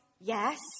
yes